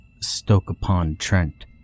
Stoke-upon-Trent